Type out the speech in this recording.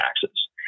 taxes